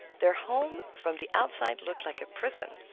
their home from the outside looked like a prison,